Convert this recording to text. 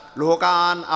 lokan